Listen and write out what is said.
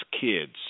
kids